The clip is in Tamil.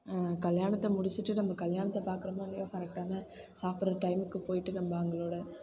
கல்யாணத்தை முடிச்சுட்டு நம்ம கல்யாணத்தை பாக்கிறோமோ இல்லையோ கரெக்டாக சாப்பிட்ற டைமுக்கு போய்ட்டு நம்ம அவங்களோட